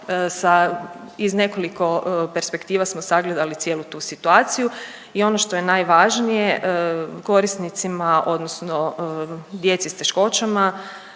iz nekoliko perspektiva smo sagledali cijelu tu situaciju i ono što je najvažnije, korisnima odnosno djeci s teškoćama,